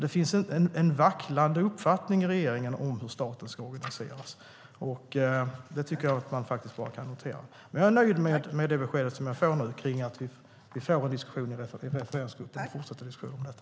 Det finns en vacklande uppfattning i regeringen om hur staten ska organiseras. Det tycker jag att vi kan notera. Jag är nöjd med det besked som jag nu får om att det blir en referensgrupp och att vi därmed kan fortsätta att diskutera detta.